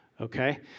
Okay